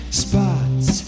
spots